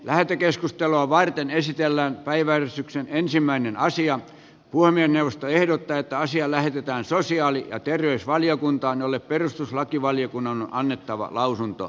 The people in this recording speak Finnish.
lähetekeskustelua varten esitellään päivän ensimmäinen aasian puhemiesneuvosto ehdottaa että asia lähetetään sosiaali ja terveysvaliokuntaan jolle perustuslakivaliokunnan on annettava lausunto